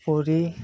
কৰি